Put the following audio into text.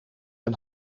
een